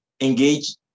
engage